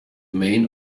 main